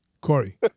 Corey